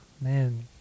man